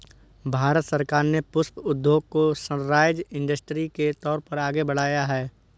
भारत सरकार ने पुष्प उद्योग को सनराइज इंडस्ट्री के तौर पर आगे बढ़ाया है